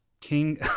King